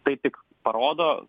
tai tik parodo